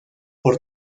por